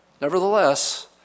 Nevertheless